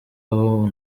aho